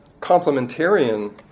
complementarian